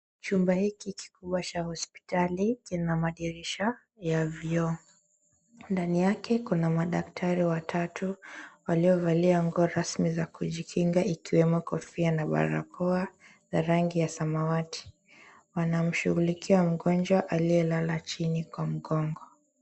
Chumba hiki kikubwa cha hospitali kina madirisha ya vioo. Ndani yake kuna madaktari watatu waliovalia nguo rasmi za kujikinga ikiwemo kofia na barakoa za rangi ya samawati. Wanamshughulikia mgonjwa aliyelala chini kwa mgongo.